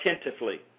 attentively